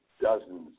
dozens